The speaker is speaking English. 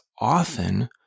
often